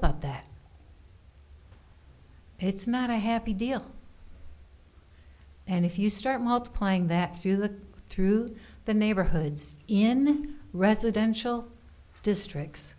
about that it's not a happy deal and if you start multiplying that through the through the neighborhoods in residential districts